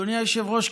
אדוני היושב-ראש,